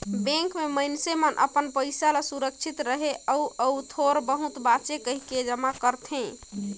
bank में मइनसे मन अपन पइसा ल सुरक्छित रहें अउ अउ थोर बहुत बांचे कहिके जमा करथे